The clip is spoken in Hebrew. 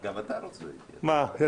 (הישיבה נפסקה בשעה 08:25 ונתחדשה בשעה 08:35.)